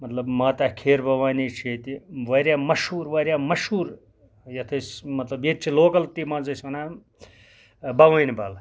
مَطلَب ماتا کھیٖر بَوانی چھِ ییٚتہٕ واریاہ مَشہور واریاہ مَشہور یَتھ أسۍ مَطلَب ییٚتہٕ چھِ لوکَل تہِ مان ژٕ أسۍ وَنان بَوٲن بَل